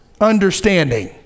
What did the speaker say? understanding